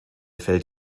fällt